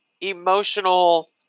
emotional